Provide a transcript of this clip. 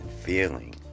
Feeling